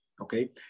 okay